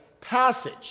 passage